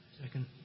Second